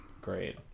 Great